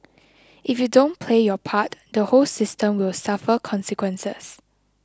if you don't play your part the whole system will suffer consequences